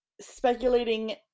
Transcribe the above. speculating